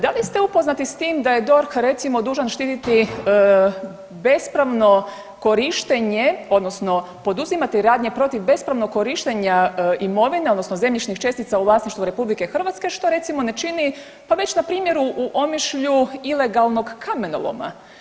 Da li ste upoznati s tim da je DORH recimo dužan štititi bespravno korištenje odnosno poduzimati radnje protiv bespravnog korištenja imovine odnosno zemljišnih čestica u vlasništvu RH što recimo ne čini pa već na primjeru u Omišlju ilegalnog kamenoloma.